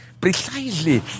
precisely